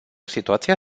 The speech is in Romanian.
situația